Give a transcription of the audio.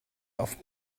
auf